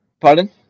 Pardon